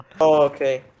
okay